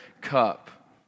cup